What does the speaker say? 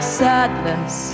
sadness